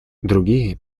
другие